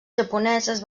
japoneses